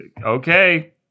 okay